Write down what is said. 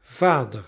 vader